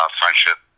friendship